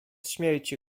śmierci